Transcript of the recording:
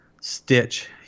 stitch